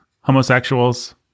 homosexuals